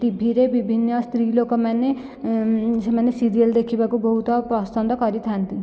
ଟିଭିରେ ବିଭିନ୍ନ ସ୍ତ୍ରୀଲୋକମାନେ ସେମାନେ ସିରିଏଲ ଦେଖିବାକୁ ବହୁତ ପସନ୍ଦ କରିଥାନ୍ତି